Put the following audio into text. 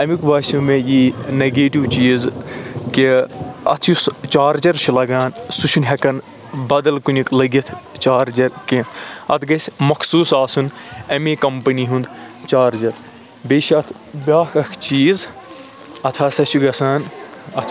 اَمیُک باسیو مےٚ یی نَگیٹِو چیٖز کہِ اَتھ یُس چارجَر چھُ لَگان سُہ چھُنہٕ ہٮ۪کان بدل کُنیُک لٔگِتھ چارجَر کیٚنٛہہ اَتھ گژھِ مخصوٗص آسُن اَمے کَمپٔنی ہُنٛد چارجَر بیٚیہِ چھُ اَتھ بیٛاکھ اکھ چیٖز اَتھ ہسا چھُ گژھان